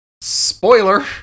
spoiler